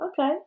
Okay